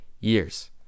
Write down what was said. years